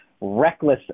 reckless